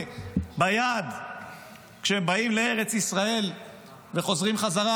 ביד כשהם באים לארץ ישראל וחוזרים חזרה,